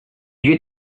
you